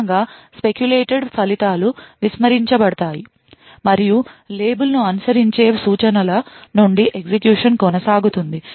ఫలితంగా speculated ఫలితాలు విస్మరించబడతాయి మరియు లేబుల్ను అనుసరించే సూచనల నుండి ఎగ్జిక్యూషన్ కొనసాగుతుంది